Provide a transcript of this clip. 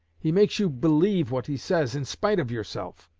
he makes you believe what he says, in spite of yourself